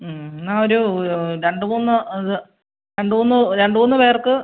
എന്നാൽ ഒരു രണ്ട് മൂന്ന് ഇത് രണ്ട് മൂന്ന് രണ്ട് മൂന്ന് പേർക്ക്